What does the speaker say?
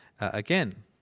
again